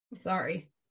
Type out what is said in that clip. Sorry